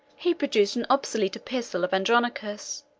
he produced an obsolete epistle of andronicus,